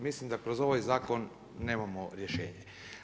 Mislim da kroz ovaj zakon nemamo rješenje.